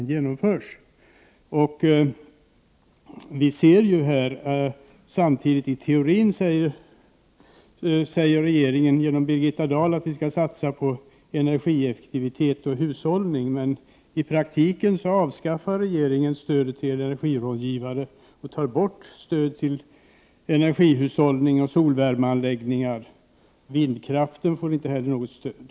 I teorin skall vi — enligt vad regeringen säger genom Birgitta Dahl — satsa på energieffektivitet och hushållning. I praktiken avskaffar regeringen stödet till energirådgivare och tar bort stödet till energihushållning och = Prot. 1988/89:109 solvärmeanläggningar. Vindkraften får inte heller något stöd.